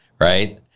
right